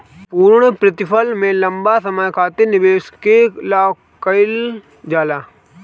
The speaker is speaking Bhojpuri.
पूर्णप्रतिफल में लंबा समय खातिर निवेश के लाक कईल जाला